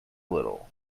little